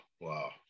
wow